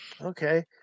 okay